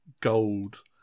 gold